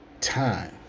time